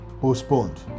Postponed